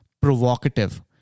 provocative